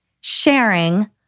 sharing